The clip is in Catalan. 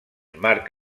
marc